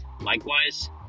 likewise